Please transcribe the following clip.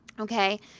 Okay